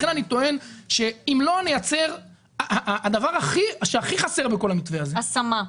לכן אני טוען שהדבר שהכי חסר בכל המתווה הזה --- השמה.